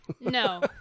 No